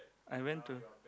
I went to